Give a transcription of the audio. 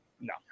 No